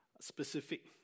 specific